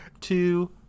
two